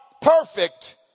perfect